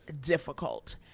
difficult